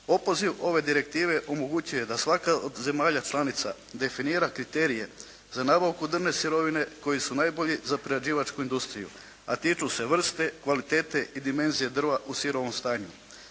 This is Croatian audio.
Opoziv ove direktive omogućuje da svaka od zemalja članica definira kriterije za nabavku drvne sirovine koji su najbolji za prerađivačku industriju. …/Govornik se ne razumije./… vrste, kvalitete i dimenzije drva u sirovom stanju.